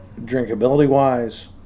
drinkability-wise